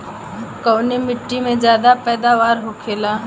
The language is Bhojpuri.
कवने मिट्टी में ज्यादा पैदावार होखेला?